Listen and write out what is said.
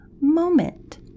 moment